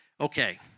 Okay